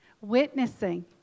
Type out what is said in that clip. witnessing